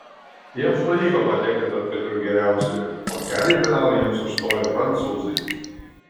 jiems pavyko patekti tarp keturių geriausiųjų o kelią į finalą jiems užstojo prancūzai